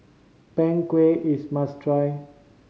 Png Kueh is must try